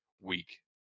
week